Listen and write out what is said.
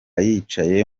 yicaye